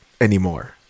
anymore